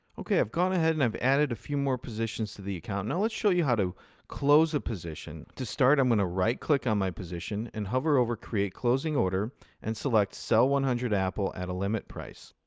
ok, i've gone ahead and i've added a few more positions to the account. now, let's show you how to close a position. to start, i'm going to ah right click on my position and hover over create closing order and select sell one hundred apple at a limit price.